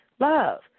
Love